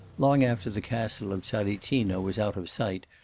long after the castle of tsaritsino was out of sight,